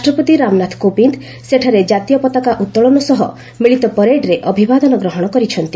ରାଷ୍ଟ୍ରପତି ରାମନାଥ କୋବିନ୍ଦ ସେଠାରେ ଜାତୀୟ ପତାକା ଉତ୍ତୋଳନ ସହ ମିଳିତ ପରେଡ୍ରେ ଅଭିବାଦନ ଗ୍ରହଣ କରିଛନ୍ତି